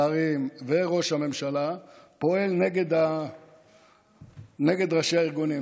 שרים וראש הממשלה פועלים נגד ראשי הארגונים,